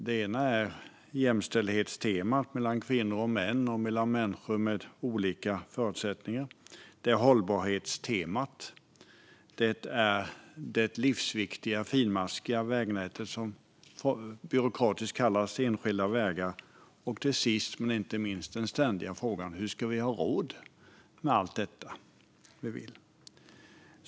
Det är jämställdhet mellan kvinnor och män och mellan människor med olika förutsättningar. Det är hållbarhet. Det är det livsviktiga finmaskiga vägnät som byråkratiskt kallas enskilda vägar. Sist men inte minst är det den ständiga frågan hur vi ska ha råd med allt detta.